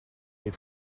des